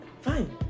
fine